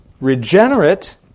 regenerate